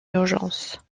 urgence